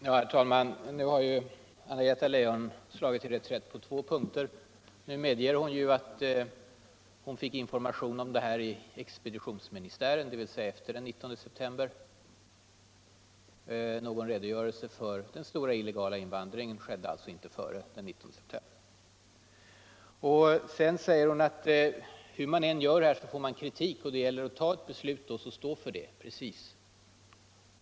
Herr talman! Nu har Anna-Greta Leijon slagit till reträtt på två punkter. Nu medger hon att hon fick information om detta i expeditionsministären, dvs. efter den 19 september. Någon redogörelse för den stora legala invandringen skedde alltså inte före den 19 september. Sedan säger hon att hur man än gör får man kritik, och därför gäller det att fatta ett beslut och sedan stå för det. Precis!